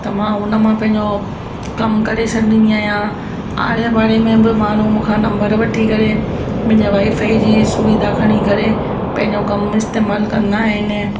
त मां उन मां पंहिंजो कम करे छॾींदी आहियां आड़े पाड़े में बि माण्हू मूंखां नम्बर वठी करे मुंहिंजे वाईफाई जी सुविधा खणी करे पंहिंजो कम इस्तेमाल कंदा आहिनि